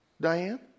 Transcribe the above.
Diane